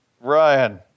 Ryan